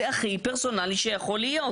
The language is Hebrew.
זה הכי פרסונלי שיכול להיות.